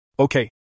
Okay